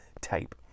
tape